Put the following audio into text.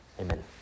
Amen